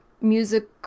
music